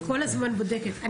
אני כל הזמן בודקת.